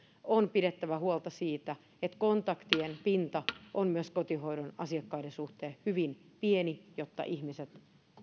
on pidettävä huolta siitä että kontaktien pinta on myös kotihoidon asiakkaiden suhteen hyvin pieni jotta ihmiset